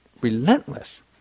relentless